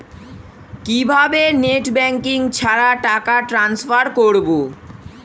কিভাবে net banking ছাড়া টাকা টান্সফার করব?